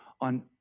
on